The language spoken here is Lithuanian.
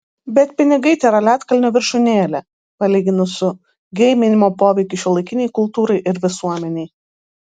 bet pinigai tėra ledkalnio viršūnėlė palyginus su geiminimo poveikiu šiuolaikinei kultūrai ir visuomenei